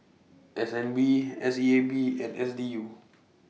S N B S E A B and S D U